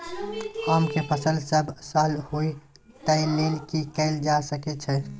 आम के फसल सब साल होय तै लेल की कैल जा सकै छै?